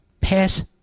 pass